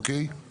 אוקיי?